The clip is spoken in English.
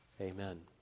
Amen